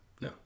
No